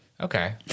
Okay